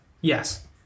Yes